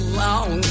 long